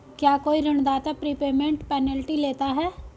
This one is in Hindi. क्या कोई ऋणदाता प्रीपेमेंट पेनल्टी लेता है?